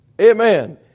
Amen